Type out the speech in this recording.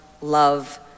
love